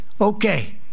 Okay